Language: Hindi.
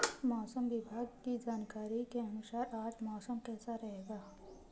मौसम विभाग की जानकारी के अनुसार आज मौसम कैसा रहेगा?